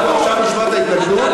כולם צעקו, עכשיו נשמע את ההתנגדות.